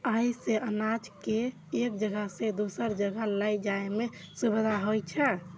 अय सं अनाज कें एक जगह सं दोसर जगह लए जाइ में सुविधा होइ छै